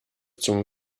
zum